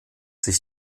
sich